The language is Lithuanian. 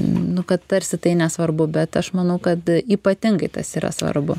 nu kad tarsi tai nesvarbu bet aš manau kad ypatingai tas yra svarbu